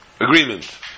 agreement